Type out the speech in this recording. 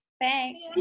Thanks